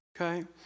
okay